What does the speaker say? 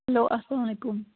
hello اَسَلام علیکُم